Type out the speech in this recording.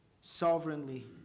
sovereignly